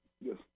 Yes